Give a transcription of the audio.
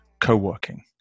co-working